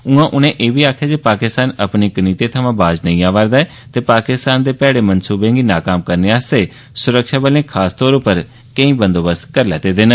उआं उनें आक्खेया जे पाकिस्तान अपनी कनीते थवा बाज नेई आवा रदा ऐ ते पाकिस्तान दे पैड़े मनसूबें गी नाकाम करने आस्तै सुरक्षाबलें खास तौर पर बंदोबस्त कीते दे न